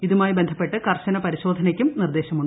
ഇതുമായി ബന്ധപ്പെട്ട് കർശന പരിശോധനയ്ക്കും നിർദ്ദേശമുണ്ട്